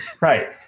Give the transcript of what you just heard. Right